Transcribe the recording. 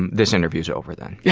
and this interview's over, then. yeah